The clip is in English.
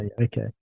Okay